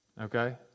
okay